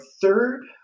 third